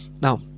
Now